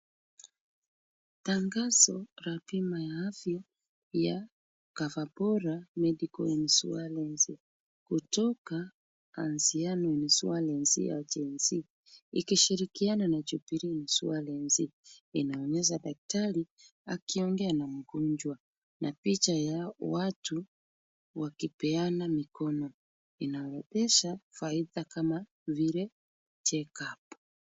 Tangazo la bima ya afya ya CoverBora medical insurance kutoka Anziano insurance agency , ikishirikiana na Jubilee insurance inaonyesha daktari akiongea na mgonjwa na picha ya watu wakipeana mikono. Inaonyesha faida kama vile checkup .